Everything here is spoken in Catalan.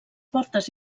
portes